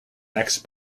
next